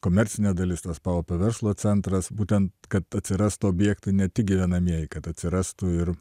komercinė dalis tas paupio verslo centras būtent kad atsirastų objektų ne tik gyvenamieji kad atsirastų ir